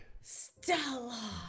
Stella